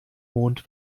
mond